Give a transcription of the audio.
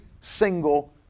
single